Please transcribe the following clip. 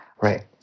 right